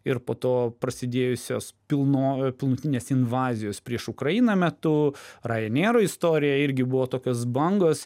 ir po to prasidėjusios pilno pilnutinės invazijos prieš ukrainą metu rajanėro istorija irgi buvo tokios bangos